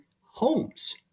homes